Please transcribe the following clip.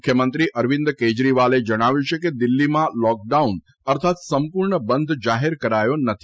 મુખ્યમંત્રી અરવિંદ કેજરીવાલે જણાવ્યું છે કે દિલ્હીમાં લોક ડાઉન અર્થાત સંપૂર્ણ બંધ જાહેર કરાયો નથી